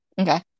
Okay